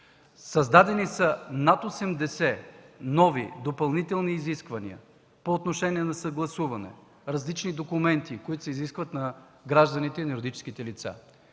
Създадени са над 80 нови допълнителни изисквания по отношение на съгласуване, различни документи, които се изискват на гражданите и на юридическите лица.